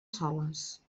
soles